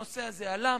הנושא הזה עלה.